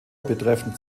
betreffend